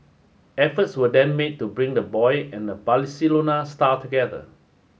efforts were then made to bring the boy and the star together